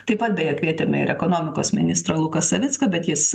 taip pat beje kvietėme ir ekonomikos ministrą luką savicką bet jis